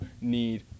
need